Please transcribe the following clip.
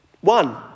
One